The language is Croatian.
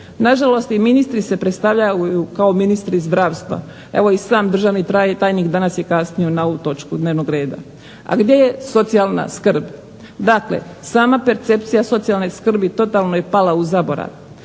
Nažalost i ministri se predstavljaju kao ministri zdravstva. Evo i sam državni tajnik danas je kasnio na ovu točku dnevnog reda. Ali gdje je socijalna skrb? Dakle, sama percepcija socijalne skrbi totalno je pala u zaborav.